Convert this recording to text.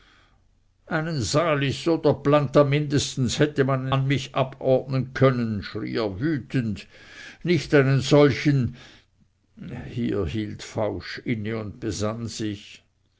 einen salis oder planta mindestens hätte man an mich abordnen sollen schrie er wütend nicht einen solchen hier hielt fausch inne und besann sich